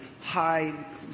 high